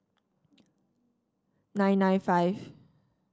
nine nine five